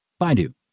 Baidu